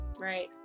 right